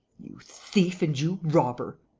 you thief and you robber!